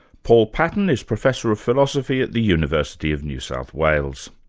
paul patton is professor of philosophy at the university of new south wales.